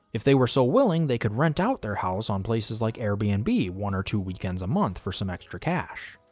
if they were so willing they could rent out their house on places like airbnb one or two weekends a month for some extra cash.